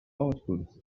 output